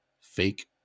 fake